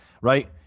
right